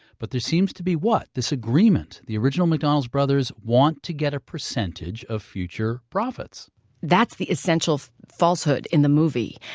but there seems to be this agreement the original mcdonald's brothers want to get a percentage of future profits that's the essential falsehood in the movie.